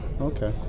Okay